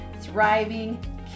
thriving